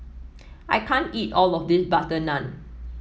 I can't eat all of this butter naan